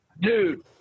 dude